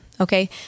Okay